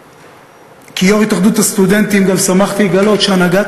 כיו"ר התאחדות הסטודנטים גם שמחתי לגלות שהנהגת